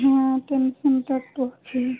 হ্যাঁ টেনশন তো একটা হচ্ছেই